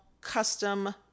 custom